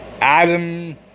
Adam